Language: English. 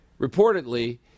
reportedly